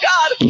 God